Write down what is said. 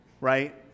right